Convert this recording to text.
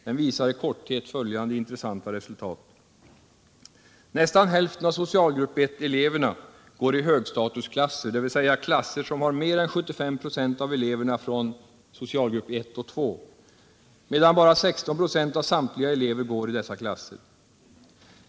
Den visar i korthet följande intressanta resultat: Nästan hälften av socialgrupp I-eleverna går i högstatusklasser medan endast 16 96 av samtliga elever går i dessa klasser.